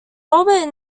orbit